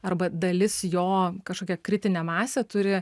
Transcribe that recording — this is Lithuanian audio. arba dalis jo kažkokia kritinė masė turi